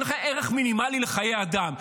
אין לך ערך מינימלי לחיי אדם.